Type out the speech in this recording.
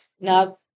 Now